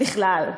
בכלל,